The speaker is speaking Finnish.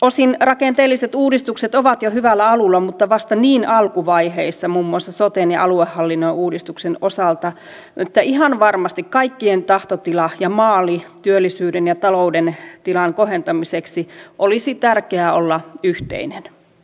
osin rakenteelliset uudistukset ovat jo hyvällä alulla mutta vasta niin alkuvaiheessa muun muassa soten ja aluehallinnon uudistuksen osalta että ihan varmasti kaikkien tahtotilan ja maalin työllisyyden ja talouden tilan kohentamiseksi olisi tärkeää olla yhteiset